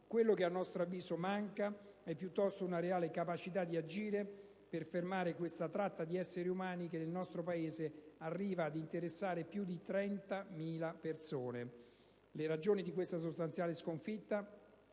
Quello che a nostro avviso manca è, piuttosto, una reale capacità di agire per fermare questa tratta di esseri umani che nel nostro Paese arriva ad interessare più di 30.000 persone. Le ragioni di questa sostanziale sconfitta